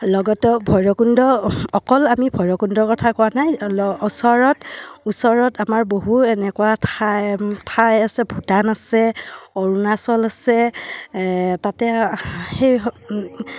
লগতে ভৈৰৱকুণ্ড অকল আমি ভৈৰৱকুণ্ডৰ কথা কোৱা নাই ওচৰত ওচৰত আমাৰ বহু এনেকুৱা ঠাই ঠাই আছে ভূটান আছে অৰুণাচল আছে তাতে সেই